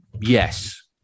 Yes